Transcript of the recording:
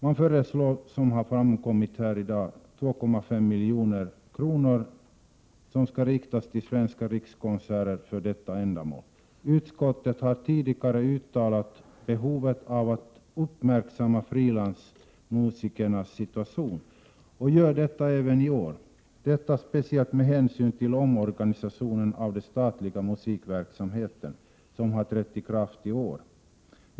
Man föreslår, som framgått här i dag, att 2,5 milj.kr. går till Svenska rikskonserter för detta ändamål. Utskottet har tidigare uttalat att det finns behov av att uppmärksamma frilansmusikernas situation och gör detta även i år, detta speciellt med hänsyn till den omorganisation av den statliga musikverksamheten som har trätt i kraft i år.